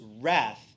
wrath